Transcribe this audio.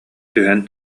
түһэн